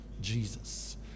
Jesus